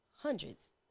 Hundreds